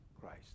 Christ